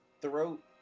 throat